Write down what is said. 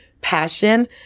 passion